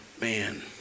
man